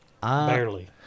Barely